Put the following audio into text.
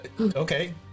Okay